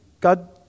God